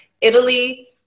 Italy